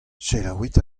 selaouit